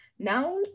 now